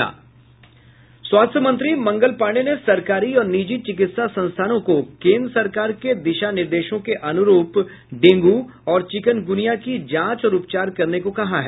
स्वास्थ्य मंत्री मंगल पांडेय ने सरकारी और निजी चिकित्सा संस्थानों को केन्द्र सरकार के दिशा निर्देशों के अनुरूप डेंगू और चिकनगुनिया की जांच और उपचार करने को कहा है